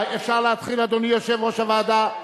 האם אפשר להתחיל, אדוני יושב-ראש הוועדה?